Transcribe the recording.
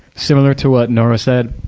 similar to what nora said,